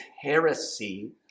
heresy